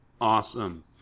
awesome